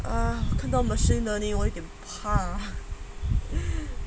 ah 看到 machine learning 我会怕